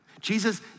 Jesus